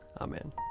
Amen